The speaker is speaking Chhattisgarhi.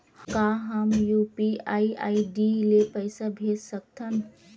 का हम यू.पी.आई आई.डी ले पईसा भेज सकथन?